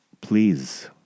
please